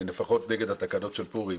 לפחות נגד התקנות של פורים,